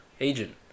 agent